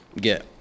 get